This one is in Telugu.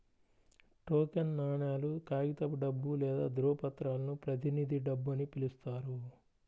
టోకెన్ నాణేలు, కాగితపు డబ్బు లేదా ధ్రువపత్రాలను ప్రతినిధి డబ్బు అని పిలుస్తారు